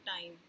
time